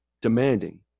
demanding